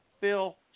Phil